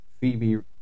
Phoebe